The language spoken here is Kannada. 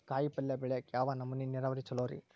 ಕಾಯಿಪಲ್ಯ ಬೆಳಿಯಾಕ ಯಾವ ನಮೂನಿ ನೇರಾವರಿ ಛಲೋ ರಿ?